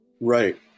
Right